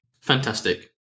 Fantastic